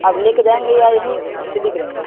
آپ لے کے جائیں گے یا یہیں اسٹڈی کریں گے